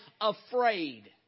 afraid